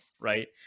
right